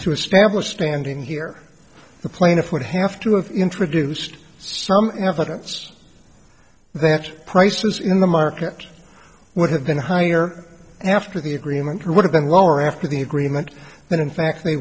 to establish standing here the plaintiff would have to have introduced some evidence that prices in the market would have been higher after the agreement would have been lower after the agreement that in fact they